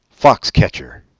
Foxcatcher